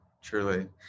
truly